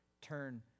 turn